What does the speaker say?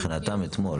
אתמול, מבחינתם אתמול.